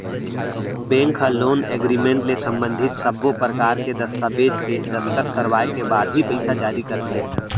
bank ह loan agreement ले संबंधित सब्बो परकार के दस्ताबेज के दस्कत करवाए के बाद ही पइसा जारी करथे